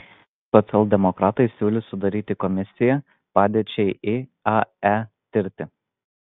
socialdemokratai siūlys sudaryti komisiją padėčiai iae tirti